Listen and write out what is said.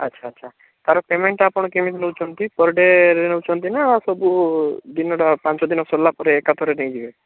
ଆଚ୍ଛା ଆଚ୍ଛା ତାର ପେମେଣ୍ଟ୍ ଆପଣ କେମିତି ନେଉଛନ୍ତି ପର୍ ଡ଼େରେ ନେଉଛନ୍ତି ନା ଆଉ ସବୁ ଦିନଟା ପାଞ୍ଚ ଦିନ ସରିଲା ପରେ ଏକାଥରେ ନେଇଯିବେ